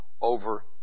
over